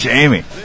Jamie